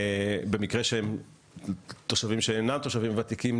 במקרה שהם תושבים שאינם תושבים ותיקים,